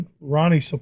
Ronnie